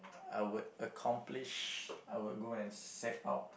I would accomplish I would go and set out